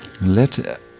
let